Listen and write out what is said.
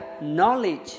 knowledge